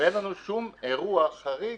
ואין לנו שום אירוע חריג,